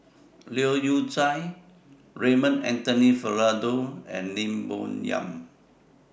Leu Yew Chye Raymond Anthony Fernando and Lim Bo Yam